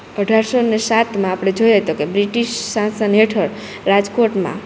અઢારસોને સાતમાં આપડે જોઈએ તો કે બ્રિટિશ શાસન હેઠળ રાજકોટમાં